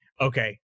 okay